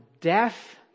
death